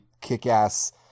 kick-ass